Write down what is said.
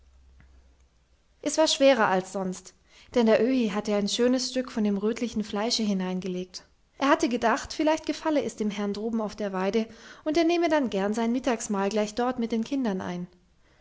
es war schwerer als sonst denn der öhi hatte ein schönes stück von dem rötlichen fleische hineingelegt er hatte gedacht vielleicht gefalle es dem herrn droben auf der weide und er nehme dann gern sein mittagsmahl gleich dort mit den kindern ein